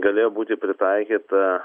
galėjo būti pritaikyta